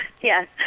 Yes